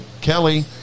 Kelly